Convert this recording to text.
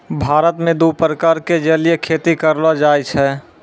भारत मॅ दू प्रकार के जलीय खेती करलो जाय छै